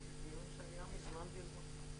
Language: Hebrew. זה דיון שהיה מזמן ביוזמתך.